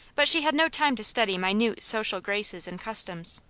but she had no time to study minute social graces and customs.